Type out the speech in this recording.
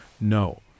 no